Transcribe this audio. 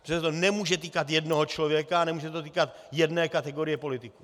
Že se to nemůže týkat jednoho člověka a nemůže se to týkat jedné kategorie politiků.